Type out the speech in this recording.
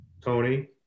Tony